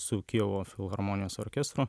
su kijevo filharmonijos orkestru